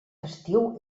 festiu